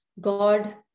God